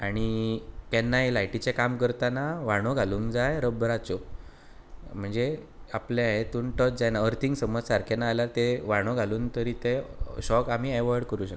आनी केन्नाय लायटीचें काम करताना व्हाणो घालूंक जाय रब्बराच्यो म्हणजे आपलें हेतून टच जायना अर्थींग समज सारकें ना आल्या तें व्हाणो घालून तरी ते शॉक आमी एवॉयड करूंक शकता